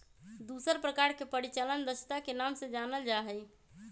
दूसर प्रकार के परिचालन दक्षता के नाम से जानल जा हई